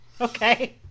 Okay